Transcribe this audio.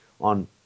on